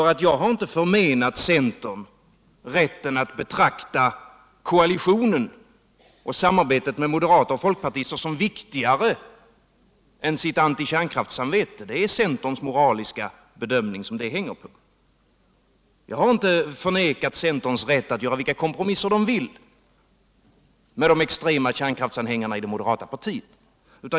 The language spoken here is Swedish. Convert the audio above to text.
Jag har inte förmenat centern rätten att betrakta koalitionen och samarbetet med moderaterna och folkpartiet som viktigare än antikärnkraftsamvetet. Det är centerns moraliska bedömning som det hänger på. Jag har inte förvägrat centern rätt att göra vilka kompromisser den vill med de extrema kärnkraftsanhängarna i det moderata partiet.